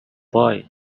boy